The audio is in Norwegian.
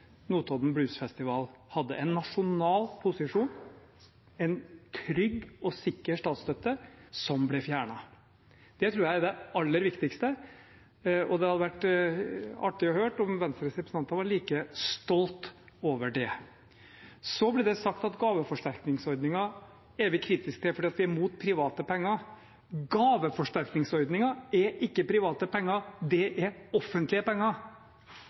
Notodden Blues Festival hadde, en nasjonal posisjon, en trygg og sikker statsstøtte, som ble fjernet. Det tror jeg er det aller viktigste, og det hadde vært artig å høre om Venstres representanter var like stolte over det. Så ble det sagt at gaveforsterkningsordningen er vi kritiske til fordi vi er imot private penger. Gaveforsterkningsordningen er ikke private penger, det er offentlige penger. Men de er tildelt ved å knyttes til private penger,